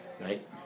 right